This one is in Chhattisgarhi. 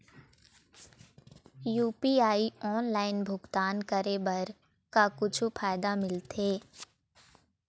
यू.पी.आई ऑनलाइन भुगतान करे बर का कुछू फायदा मिलथे?